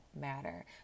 matter